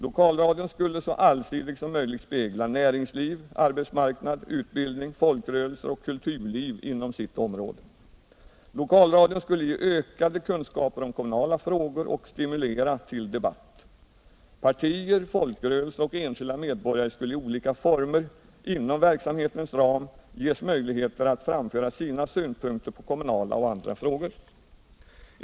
Lokalradion skulle så allsidigt som möjligt spegla näringsliv, arbetsmarknad, utbildning, folkrörelser och kulturliv inom sitt område. Lokalradion skulle ge ökade kunskaper om kommunala frågor och stimulera till debatt. Partier, folkrörelser och enskilda medborgare skulle i olika former inom verksamhetens ram ges möjligheter att framföra sina synpunkter på kommunala och andra frågor.